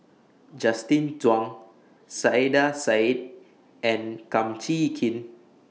Justin Zhuang Saiedah Said and Kum Chee Kin